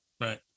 right